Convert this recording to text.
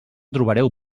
trobareu